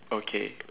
okay